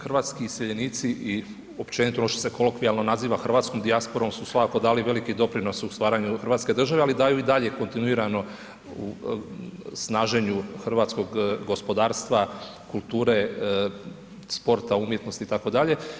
Hrvatski iseljenici i općenito ono što se kolokvijalno naziva hrvatskom dijasporom su svakako dali veliki doprinos u stvaranju Hrvatske države ali daju i dalje kontinuirano u snaženju hrvatskog gospodarstva, kulture, sporta, umjetnosti itd.